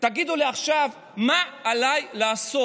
תגידו לי עכשיו מה עליי לעשות.